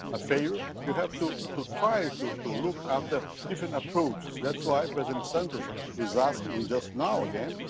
a failure. you have to to try to to look at ah different approaches. that's why president santos is asking i mean just now, again,